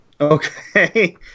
Okay